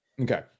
Okay